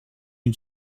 une